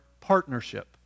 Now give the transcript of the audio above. partnership